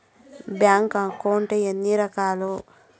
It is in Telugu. బ్యాంకు అకౌంట్ ఎన్ని రకాలు